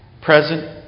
present